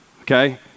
okay